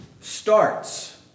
starts